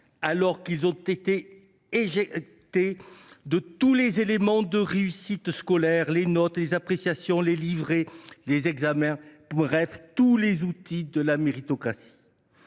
alors qu’ont été éjectés tous les éléments de réussite scolaire – notes, appréciations, livrets, examens, bref, tous les outils de la méritocratie